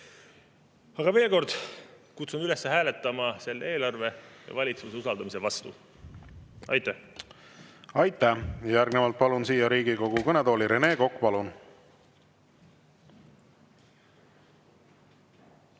Veel kord: kutsun üles hääletama selle eelarve ja valitsuse usaldamise vastu. Aitäh! Aitäh! Järgnevalt palun siia Riigikogu kõnetooli Rene Koka. Palun!